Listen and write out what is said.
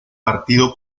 partido